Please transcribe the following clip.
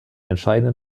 entscheidenden